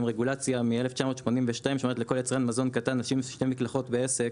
רגולציה מ-1982 שאומרת לכל יצרן מזון קטן לשים שתי מקלחות בעסק,